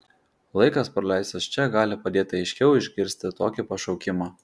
laikas praleistas čia gali padėti aiškiau išgirsti tokį pašaukimą